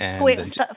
Wait